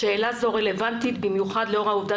שאלה זו רלוונטית במיוחד לאור העובדה